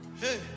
Hey